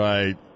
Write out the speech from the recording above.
Right